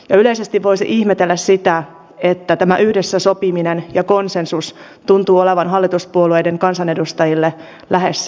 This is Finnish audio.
yleisesti voisi ihmetellä sitä että tämä yhdessä sopiminen ja konsensus tuntuu olevan hallituspuolueiden kansanedustajille lähestulkoon myrkky